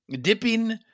dipping